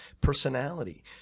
personality